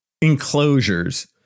enclosures